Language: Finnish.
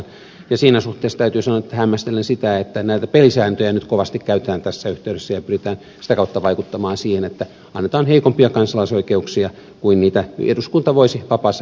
siinä suhteessa täytyy sanoa että hämmästelen sitä että näitä pelisääntöjä nyt kovasti käytetään tässä yhteydessä ja pyritään sitä kautta vaikuttamaan siihen että annetaan heikompia kansalaisoikeuksia kuin mitä eduskunta voisi vapaassa päätöksenteossa antaa